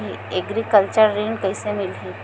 Agriculture ऋण कइसे मिलही?